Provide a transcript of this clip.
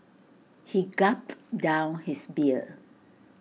he gulped down his beer